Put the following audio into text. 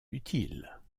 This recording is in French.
utiles